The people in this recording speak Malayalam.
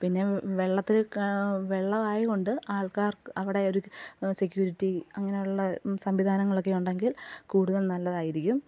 പിന്നെ വെള്ളത്തിൽ വെള്ളമായത് കൊണ്ട് ആൾക്കാർക്ക് അവിടെ ഒരു സെക്യൂരിറ്റി അങ്ങനെ ഉള്ള സംവിധാനങ്ങളൊക്കെ ഉണ്ടെങ്കിൽ കൂടുതൽ നല്ലതായിരിക്കും